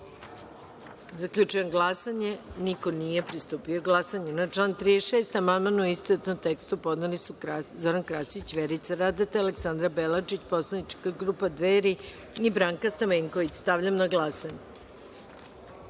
amandman. Zaključujem glasanje – niko nije pristupio glasanju. Na član 32. amandman u istovetnom tekstu podneli su Zoran Krasić, Vjerica Radeta i Marina Ristić i poslanička grupa Dveri i Branka Stamenković. Stavljam na glasanje